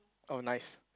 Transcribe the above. oh nice